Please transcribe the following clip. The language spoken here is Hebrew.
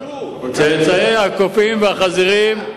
צאצאי הקופים והחזירים,